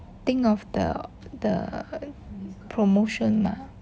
think of the the promotion mah